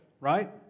right